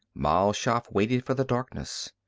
mal shaff waited for the darkness.